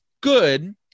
Good